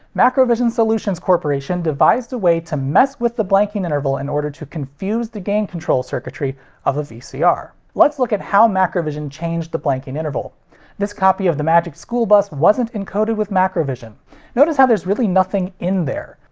macrovision solutions corporation devised a way to mess with the blanking interval in order to confuse the gain control circuitry of a vcr. let's look at how macrovision changed the blanking interval this copy of the magic school bus wasn't encoded with macrovision. notice how there's really nothing in there.